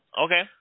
Okay